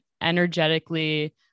energetically